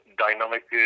dynamic